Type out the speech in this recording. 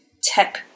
tap